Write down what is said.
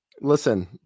Listen